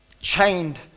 chained